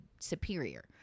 superior